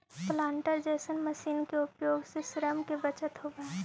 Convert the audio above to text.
planter जईसन machine के उपयोग से श्रम के बचत होवऽ हई